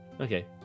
okay